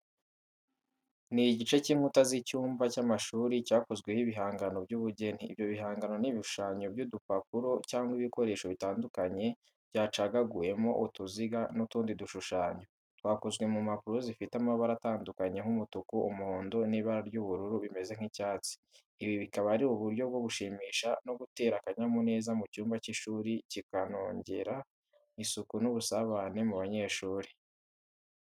Ni igice cy’inkuta z’icyumba cy’amashuri cyakozweho ibihangano by’ubugeni. Ibyo bihangano ni ibishushanyo by’udupapuro cyangwa ibikoresho bitandukanye byacagaguwemo utuziga n’utundi dushushanyo, twakozwe ku mpapuro zifite amabara atandukanye nk’umutuku, umuhondo n'ibara ry'ubururu bumeze nk'icyatsi. Ibi bikaba ari uburyo bwo gushimisha no gutera akanyamuneza mu cyumba cy’ishuri kikanongera isuku n’ubusabane mu banyeshuri.